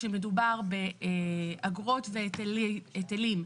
כאשר מדובר באגרות והיטלים,